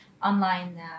online